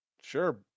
sure